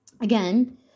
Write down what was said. Again